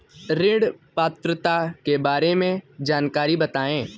ऋण पात्रता के बारे में जानकारी बताएँ?